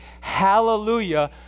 hallelujah